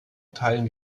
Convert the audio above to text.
teilen